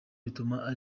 bituma